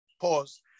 Pause